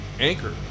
Anchor